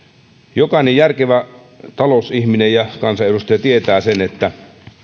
jokainen järkevä talousihminen ja kansanedustaja tietää sen että